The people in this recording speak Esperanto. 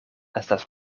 estas